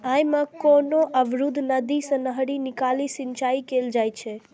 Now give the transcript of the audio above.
अय मे कोनो अवरुद्ध नदी सं नहरि निकालि सिंचाइ कैल जाइ छै